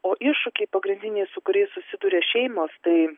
o iššūkiai pagrindiniai su kuriais susiduria šeimos tai